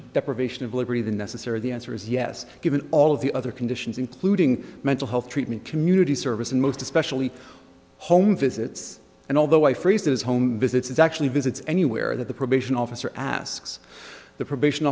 deprivation of liberty than necessary the answer is yes given all of the other conditions including mental health treatment community service and most especially home visits and although i phrased it as home visits actually visits anywhere that the probation officer asks the probation